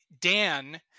Dan